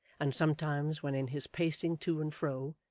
and sometimes when in his pacing to and fro,